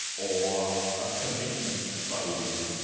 or a commitment-phobe.